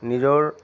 নিজৰ